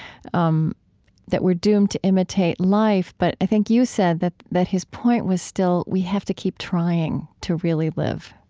um that we're doomed to imitate life but i think you said that that his point was still we have to keep trying to really live